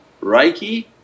Reiki